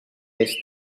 est